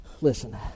Listen